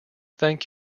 thank